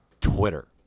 Twitter